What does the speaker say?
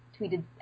tweeted